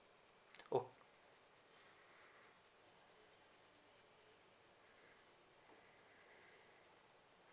oh